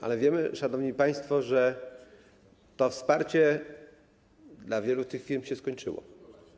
Ale wiemy, szanowni państwo, że to wsparcie dla wielu tych firm się skończyło.